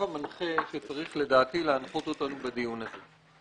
המנחה שצריך לדעתי להנחות אותנו בדיון הזה.